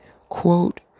Quote